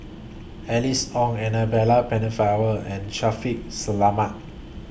Alice Ong Annabel Pennefather and Shaffiq Selamat